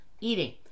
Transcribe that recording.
eating